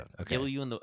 okay